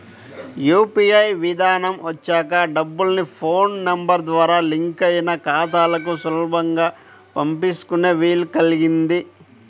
UPI విధానం వచ్చాక డబ్బుల్ని ఫోన్ నెంబర్ ద్వారా లింక్ అయిన ఖాతాలకు సులభంగా పంపించుకునే వీలు కల్గింది